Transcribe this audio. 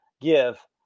give